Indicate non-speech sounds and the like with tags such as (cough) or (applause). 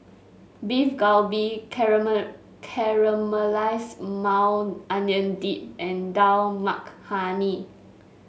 Beef Galbi (unintelligible) Caramelize Maui Onion Dip and Dal Makhani